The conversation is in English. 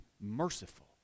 merciful